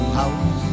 house